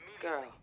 Girl